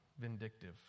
vindictive